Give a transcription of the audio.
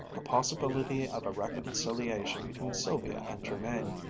the possibility of a reconciliation between sylvia and jermain.